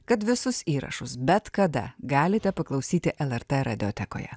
kad visus įrašus bet kada galite paklausyti lrt radijotekoje